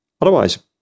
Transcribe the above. otherwise